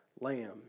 lamb